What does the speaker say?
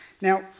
Now